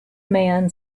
man